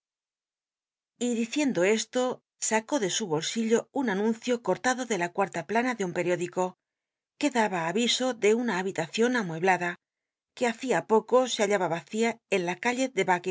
y diciendo eslo sacó de su bolsillo un anuncio cortado de la cuarta plana de un periódico que daba aviso de una habitacion amueblada que hacia poco se hallaba vacía en la calle